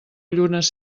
llunes